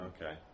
Okay